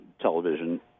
television